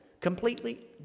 completely